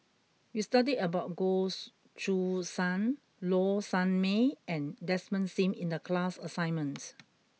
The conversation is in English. you studied about Goh Choo San Low Sanmay and Desmond Sim in the class assignment